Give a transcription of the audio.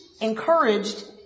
encouraged